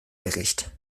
bericht